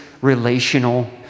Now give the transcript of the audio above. relational